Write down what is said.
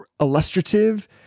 illustrative